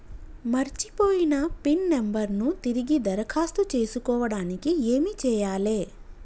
మర్చిపోయిన pin number ను తిరిగి దరఖాస్తు చేసుకోవడానికి ఏమి చేయాలే?